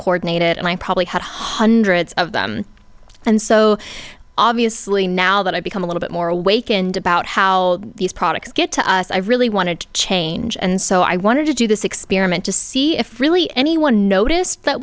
coordinated and i probably had hundreds of them and so obviously now that i've become a little bit more awakened about how these products get to us i really wanted to change and so i wanted to do this experiment just see if really anyone noticed that